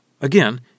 again